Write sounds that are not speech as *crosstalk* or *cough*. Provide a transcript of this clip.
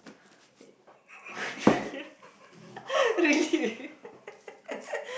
*laughs* really *laughs*